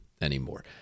anymore